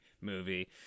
movie